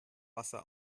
wasser